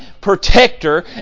protector